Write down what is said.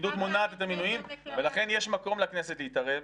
הפקידות מונעת את המינויים ולכן יש מקום לכנסת להתערב,